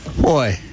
boy